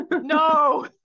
No